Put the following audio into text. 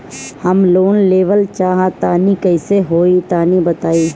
हम लोन लेवल चाह तनि कइसे होई तानि बताईं?